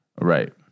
Right